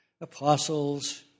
Apostles